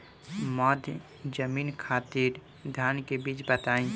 मध्य जमीन खातिर धान के बीज बताई?